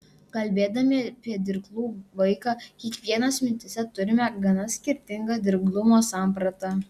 kalbėdami apie dirglų vaiką kiekvienas mintyse turime gana skirtingą dirglumo sampratą